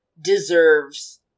deserves